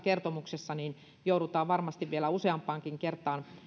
kertomuksessa joudutaan varmasti vielä useampaankin kertaan